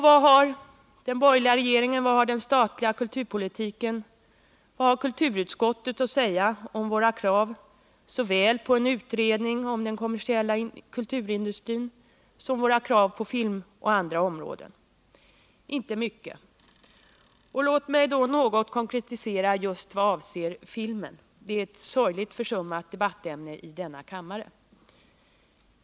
Vad har då den borgerliga regeringen, den statliga kulturpolitiken och kulturutskottet att säga om såväl våra krav på en utredning om den kommersiella kulturindustrin som våra krav på filmområdet och andra områden? Inte mycket. Låt mig något konkretisera vad jag har sagt med exempel från filmens område, ett sorgligt försummat debattämne i denna kammare.